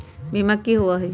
बीमा की होअ हई?